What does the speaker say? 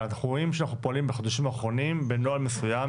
אבל אנחנו רואים שאנחנו פועלים בחודשים האחרונים בנוהל מסוים,